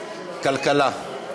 כלכלה.